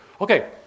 Okay